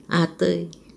ah 对